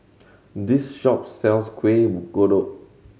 this shop sells Kuih Kodok